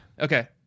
Okay